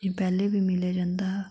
एह् पैह्लें बी मिलेआ जंदा हा